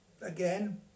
again